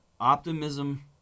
optimism